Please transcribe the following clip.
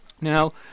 Now